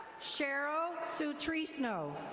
cheryl sutreeceno.